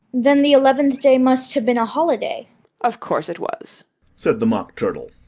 then the eleventh day must have been a holiday of course it was said the mock turtle.